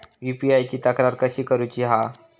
UPI ची तक्रार कशी करुची हा?